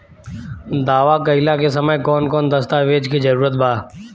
दावा कईला के समय कौन कौन दस्तावेज़ के जरूरत बा?